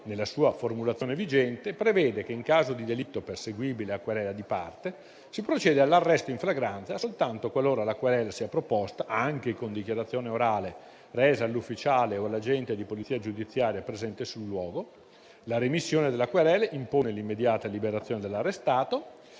nella formulazione vigente, prevede che, in caso di delitto perseguibile a querela di parte, si procede all'arresto in flagranza soltanto qualora la querela sia proposta, anche con dichiarazione resa oralmente all'ufficiale o all'agente di polizia giudiziaria presente nel luogo. La remissione della querela impone l'immediata liberazione dell'arrestato.